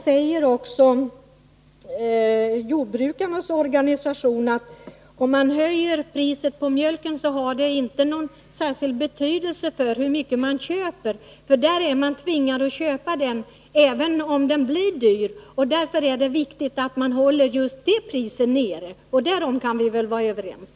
säger jordbrukarnas organisationer att en höjning av mjölkpriset inte har någon större betydelse för konsumtionens storlek. Man är tvingad att köpa mjölken, även om den blir dyr. Därför är det viktigt att priset på just den varan hålls nere. Därom kan vi väl vara överens.